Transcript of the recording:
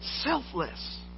selfless